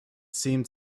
seemed